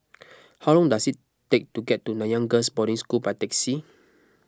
how long does it take to get to Nanyang Girls' Boarding School by taxi